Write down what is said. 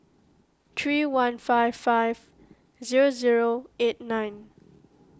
three one five five zero zero eight nine